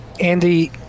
Andy